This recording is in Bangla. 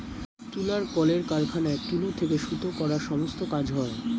তুলার কলের কারখানায় তুলো থেকে সুতো করার সমস্ত কাজ হয়